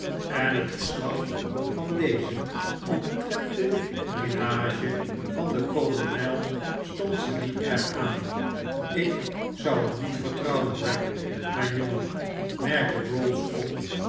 en het verslag van dezen omtrent de menage van den kolonel stond ze niet erg aan ik zou hem niet vertrouwen ragg mijn jongen merkte bowls op